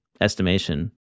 estimation